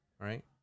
right